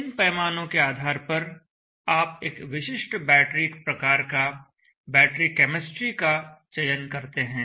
इन पैमानों के आधार पर आप एक विशिष्ट बैटरी प्रकार का बैटरी केमिस्ट्री का चयन करते हैं